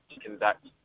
conduct